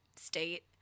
State